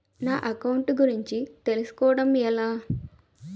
నా అకౌంట్ గురించి తెలుసు కోవడం ఎలా?